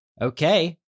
Okay